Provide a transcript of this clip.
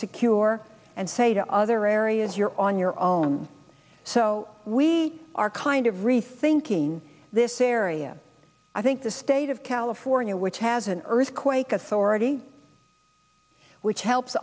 secure and say to other areas you're on your own so we are kind of rethinking this area i think the state of california which has an earthquake authority which helps